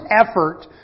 effort